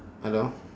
hello